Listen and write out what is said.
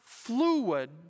fluid